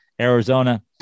Arizona